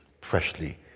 freshly